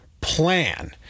plan